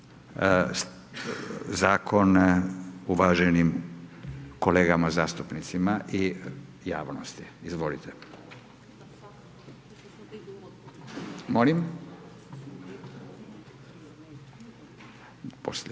zakon uvaženim kolegama zastupnicima i javnosti? Izvolite. **Murganić,